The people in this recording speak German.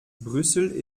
brüssel